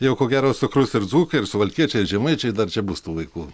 jau ko gero sukrus ir dzūkai ir suvalkiečiai ir žemaičiai dar čia bus tų vaikų